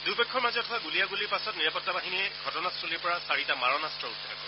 দুয়োপক্ষৰ মাজত হোৱা গুলীয়াণুলিৰ পাছত নিৰাপত্তা বাহিনীয়ে ঘটনাস্থলীৰ পৰা চাৰিটা মাৰণাস্ত্ৰ উদ্ধাৰ কৰে